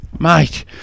Mate